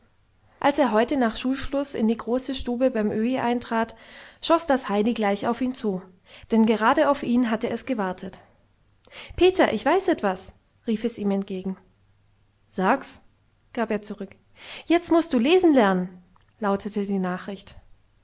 als er heute nach schulschluß in die große stube beim öhi eintrat schoß das heidi gleich auf ihn zu denn gerade auf ihn hatte es gewartet peter ich weiß etwas rief es ihm entgegen sag's gab er zurück jetzt mußt du lesen lernen lautete die nachricht